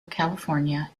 california